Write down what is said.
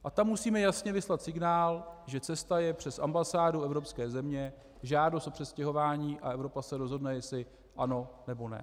A tam musíme jasně vyslat signál, že cesta je přes ambasády evropských zemí, žádost o přestěhování, a Evropa se rozhodna, jestli ano, nebo ne.